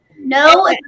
no